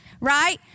right